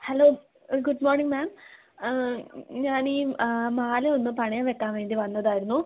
hello good morning ma'am ഞാനീ മാലയൊന്ന് പണയം വെക്കാൻ വേണ്ടി വന്നതാരുന്നു